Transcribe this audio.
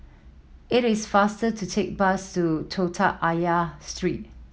it is faster to take bus to Telok Ayer Street